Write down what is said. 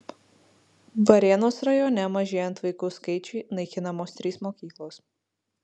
varėnos rajone mažėjant vaikų skaičiui naikinamos trys mokyklos